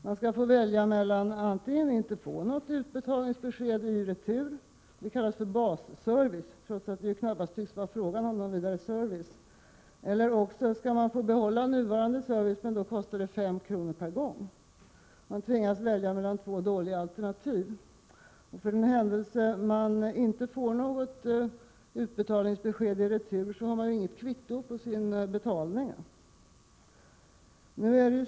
Man skall få välja mellan att antingen inte få något utbetalningsbesked i retur eller behålla nuvarande service. Det förstnämnda alternativet kallas för basservice, trots att det knappast tycks vara fråga om någon vidare service. Att behålla den nuvarande servicen kommer att kosta 5 kr. per gång. Man tvingas välja mellan två dåliga alternativ. För den händelse att man inte får något utbetalningsbesked i retur, har man inget kvitto på sin betalning.